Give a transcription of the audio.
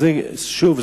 ושוב,